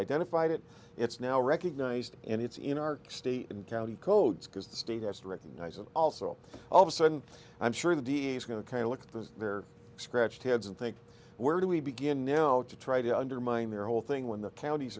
identified it it's now recognized and it's in our state and county codes because the state is to recognize and also all of a sudden i'm sure the d a s going to kind of look at the scratched heads and think we're do we begin now to try to undermine the whole thing when the counties